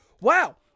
Wow